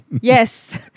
Yes